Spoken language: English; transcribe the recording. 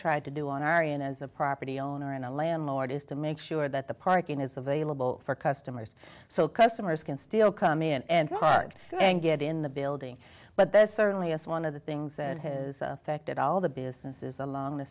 tried to do on aryan as a property owner and a landlord is to make sure that the parking is available for customers so customers can still come in and guard and get in the building but there's certainly as one of the things said his affected all the businesses along the